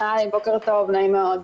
בוקר טוב, נעים מאוד.